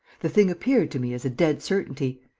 the thing appeared to me as a dead certainty.